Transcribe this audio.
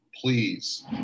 please